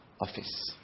office